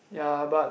ya but